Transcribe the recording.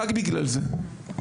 רק בגלל זה.